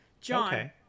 John